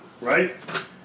right